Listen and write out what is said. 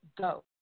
go